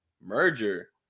merger